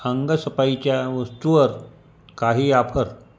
अंगसफाईच्या वस्तूवर काही ऑफर